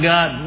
God